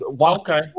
Okay